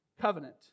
covenant